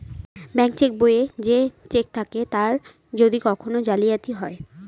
bank cheque বইয়ে যে cheque থাকে তার যদি কখন জালিয়াতি হয়